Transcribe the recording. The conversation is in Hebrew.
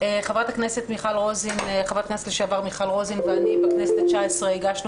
חברת הכנסת לשעבר מיכל רוזין ואני בכנסת ה-19 הגשנו